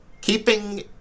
Keeping